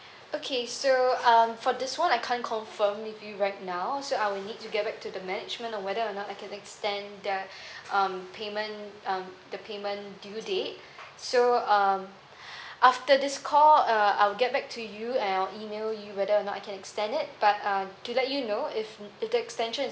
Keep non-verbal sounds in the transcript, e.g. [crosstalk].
okay so um for this one I can't confirm with you right now so I will need to get back to the management on whether or not I can extend that [breath] um payment um the payment due date so um [breath] after this call uh I'll get back to you and I'll email you whether or not I can extend it but uh to let you know if the extension